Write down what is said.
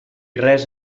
res